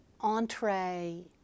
entree